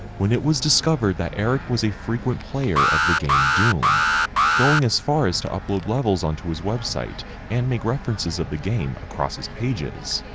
when it was discovered that eric was a frequent player of the game doom going as far as to upload levels onto his website and make references of the game across his pages.